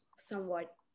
somewhat